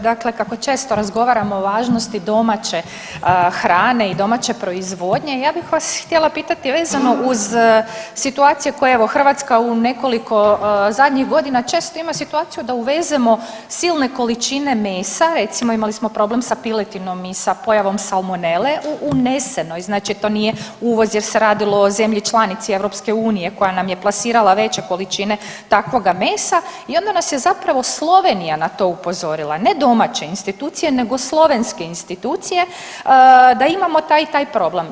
Dakle kako često razgovaramo o važnosti domaće hrane i domaće proizvodnje ja bih vas htjela pitati vezano uz situacije koje evo Hrvatska u nekoliko zadnjih godina često ima situaciju da uvezemo silne količine mesa, recimo imali smo problem sa piletinom i sa pojavom salmonele u unesenoj, znači to nije uvoz jer se radilo o zemlji članici Europske unije koja nam je plasirala veće količine takvoga mesa i onda nas je zapravo Slovenija na to upozorila, ne domaće institucije nego slovenske institucije da imamo taj i taj problem.